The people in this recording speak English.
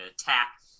attack